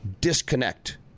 disconnect